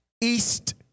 East